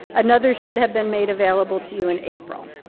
another should have been made available to you in april.